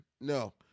no